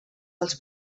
dels